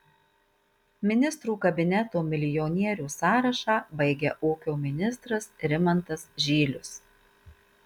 ministrų kabineto milijonierių sąrašą baigia ūkio ministras rimantas žylius